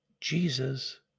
Jesus